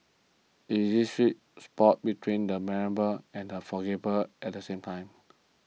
it is sweet spot between the memorable and a forgettable at the same time